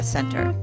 Center